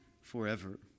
forever